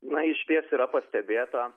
na išties yra pastebėta